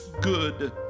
good